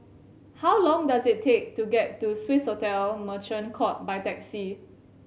how long does it take to get to Swissotel Merchant Court by taxi